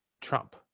Trump